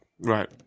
Right